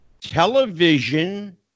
television